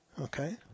okay